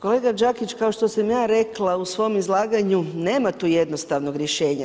Kolega Đakić kao što sam ja rekla u svom izlaganju nema tu jednostavnog rješenja.